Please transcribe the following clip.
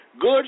Good